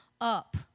up